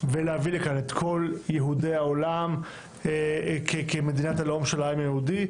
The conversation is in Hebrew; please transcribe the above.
ולהביא לכאן את כל יהודי העולם כמדינת הלאום של העם היהודי,